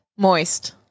Moist